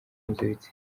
mpuzabitsina